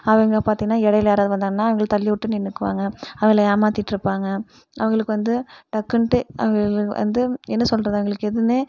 அவங்க பார்த்திங்கன்னா இடையில யாராவது வந்தாங்கன்னால் அவங்கள தள்ளிவிட்டு நின்னுக்குவாங்கள் அவங்கள ஏமாத்திகிட்ருப்பாங்க அவங்களுக்கு வந்து டக்குன்ட்டு வந்து அவங்க வந்து என்ன சொல்கிறது அவங்களுக்கு எதுன்னே